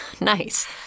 Nice